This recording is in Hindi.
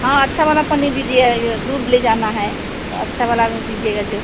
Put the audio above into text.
हाँ अच्छा वाला पन्नी दीजिए दूर ले जाना है तो अच्छा वाला में दीजिएगा जो